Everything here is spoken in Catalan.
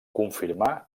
confirmà